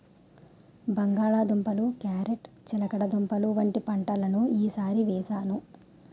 బంగాళ దుంపలు, క్యారేట్ చిలకడదుంపలు వంటి పంటలను ఈ సారి వేసాను